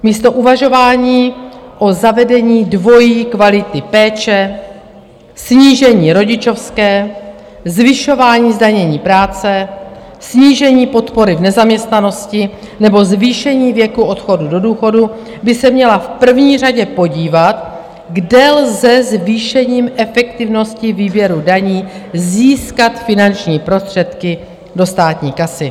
Místo uvažování o zavedení dvojí kvality péče, snížení rodičovské, zvyšování zdanění práce, snížení podpory v nezaměstnanosti nebo zvýšení věku odchodu do důchodu by se měla v první řadě podívat, kde lze zvýšením efektivnosti výběru daní získat finanční prostředky do státní kasy.